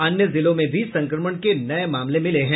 अन्य जिलों में भी संक्रमण के नये मामले मिले हैं